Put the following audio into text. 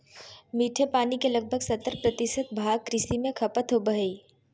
मीठे पानी के लगभग सत्तर प्रतिशत भाग कृषि में खपत होबो हइ